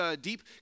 deep